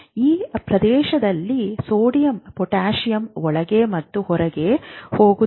ಈ ಪ್ರದೇಶದಲ್ಲಿ sodium potassium ಒಳಗೆ ಮತ್ತು ಹೊರಗೆ ಹೋಗುತ್ತಿದೆ